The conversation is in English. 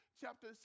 chapter